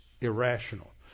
irrational